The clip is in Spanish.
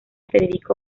federico